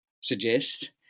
suggest